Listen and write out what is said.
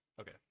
Okay